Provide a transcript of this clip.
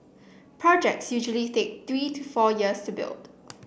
projects usually take three to four years to build